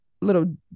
little